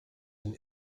den